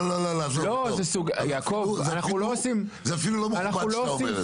לא, עזוב, זה אפילו לא מכובד שאתה אומר את זה.